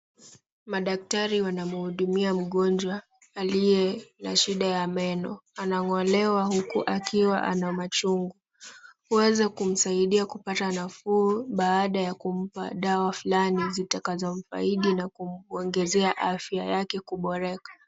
Madaktari wanamhudumia mgonjwa aliye na shida ya meno. Anang'olewa huku akiwa ana machungu. Huweza kumsaidia kupata nafuu, baada ya kumpa dawa fulani zitakazomfaidi na kumuongezea afya yake kuboreka.